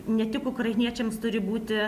ne tik ukrainiečiams turi būti